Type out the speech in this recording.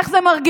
איך זה מרגיש?